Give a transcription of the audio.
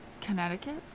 Connecticut